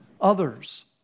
others